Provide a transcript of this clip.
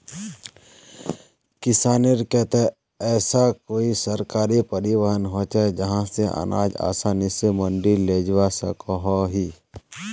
किसानेर केते ऐसा कोई सरकारी परिवहन होचे जहा से अनाज आसानी से मंडी लेजवा सकोहो ही?